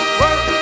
work